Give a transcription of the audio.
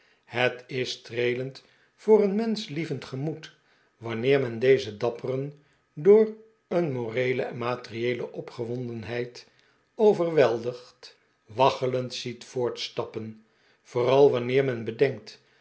het is streelend voor een menschlievend gemoed wanneer men deze dapperen door een moreele en materieele opgewondenheid overweldigd waggelend ziet voortstappen vooral wanneer men bedenkt